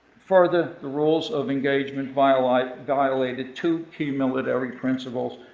for the the rules of engagement violated violated two key military principles,